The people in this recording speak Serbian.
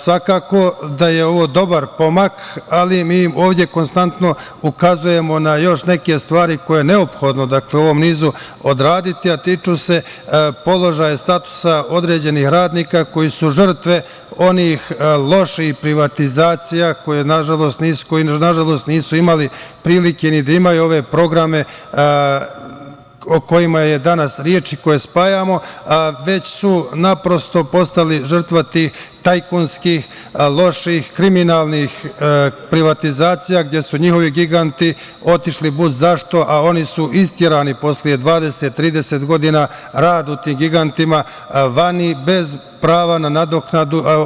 Svakako da je ovo dobar pomak, ali mi ovde konstantno ukazujemo na još neke stvari koje je neophodno u ovom nizu odraditi, a tiču se položaja statusa određenih radnika koji su žrtve onih loših privatizacija koje nažalost nisu imali prilike ni da imaju ove programe o kojima je danas reč i koje spajamo, već su naprosto postali žrtva tih tajkunskih loših kriminalnih privatizacija gde su njihovi giganti otišli budzašto, a oni su isterani posle 20, 30 godina rada u tim gigantima, vani, bez prava na nadoknadu.